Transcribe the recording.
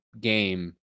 game